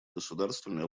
государствами